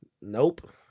Nope